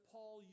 Paul